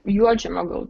juodžemio gal